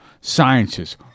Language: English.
Sciences